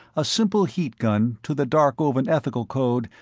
a simple heat-gun, to the darkovan ethical code,